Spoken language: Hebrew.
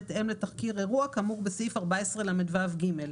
בהתאם לתחקיר אירוע כאמור בסעיף 14לו(ג).